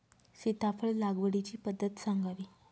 सीताफळ लागवडीची पद्धत सांगावी?